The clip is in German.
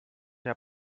der